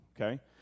okay